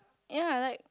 ya like